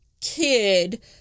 kid